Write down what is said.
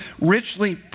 richly